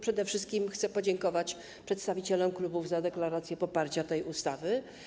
Przede wszystkim chcę podziękować przedstawicielom klubów za deklarację poparcia tej ustawy.